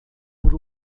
por